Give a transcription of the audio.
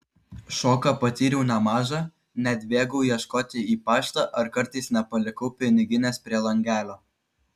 šoką patyriau nemažą net bėgau ieškoti į paštą ar kartais nepalikau piniginės prie langelio